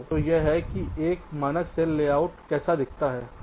तो यह है कि एक मानक सेल लेआउट कैसा दिखता है